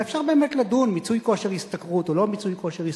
ואפשר באמת לדון: מיצוי כושר השתכרות או לא מיצוי כושר השתכרות,